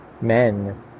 men